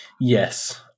Yes